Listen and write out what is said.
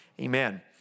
amen